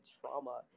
trauma